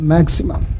Maximum